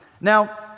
now